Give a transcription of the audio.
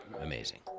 amazing